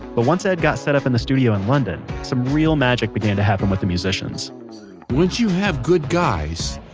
but once edd got setup in the studio in london, some real magic began to happen with the session musicians once you have good guys,